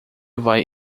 vai